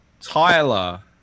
Tyler